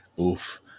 Oof